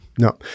no